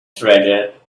treasure